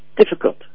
difficult